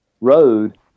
road